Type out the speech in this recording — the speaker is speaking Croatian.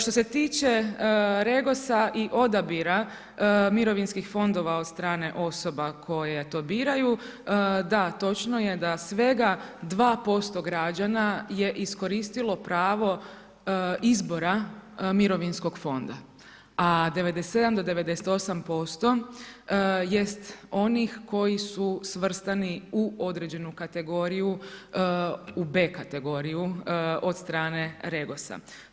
Što se tiče REGOS-a i odabira mirovinskih fondova od strane osoba koje to biraju, da, točno je da svega 2% građana je iskoristilo pravo izbora mirovinskog fonda, a 97-98% jest onih koji su svrstani u određenu kategoriju, u B kategoriju od strane REGOS-a.